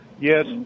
Yes